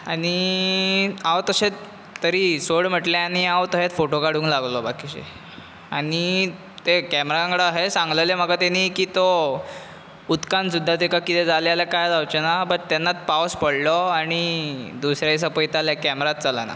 आनी हांव तशें तरी सोड म्हटलें आनी हांव तहेत फॉटो काडूंक लागलो बाकीचे आनी ते कॅमेरांगडा अहें सांगलेलें म्हाका तेनी की तो उदकान सुद्दां तेका कितें आले जाल्यार तेका कांय जावचेंना बट तेन्नाच पावस पडलो आनी दुसरे दिसा पळयता आल्या कॅमेरात चलना